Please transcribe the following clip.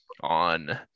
on